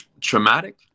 Traumatic